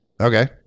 Okay